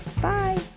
Bye